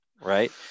Right